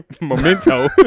memento